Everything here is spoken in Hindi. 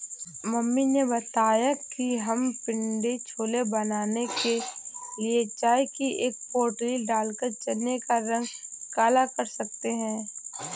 मम्मी ने बताया कि हम पिण्डी छोले बनाने के लिए चाय की एक पोटली डालकर चने का रंग काला कर सकते हैं